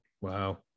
Wow